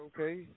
okay